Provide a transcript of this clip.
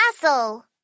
castle